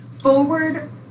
Forward